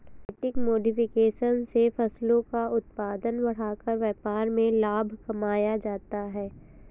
genetic modification से फसलों का उत्पादन बढ़ाकर व्यापार में लाभ कमाया जाता है